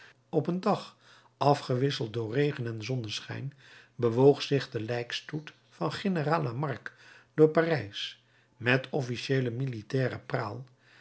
op een dag afgewisseld door regen en zonneschijn bewoog zich de lijkstoet van generaal lamarque door parijs met officiëelen militairen praal